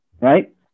Right